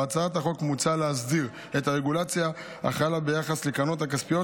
בהצעת החוק מוצע להסדיר את הרגולציה החלה ביחס לקרנות הכספיות,